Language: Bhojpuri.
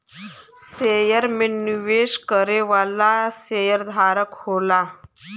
शेयर में निवेश करे वाला शेयरधारक होला